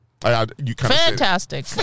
Fantastic